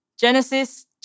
Genesis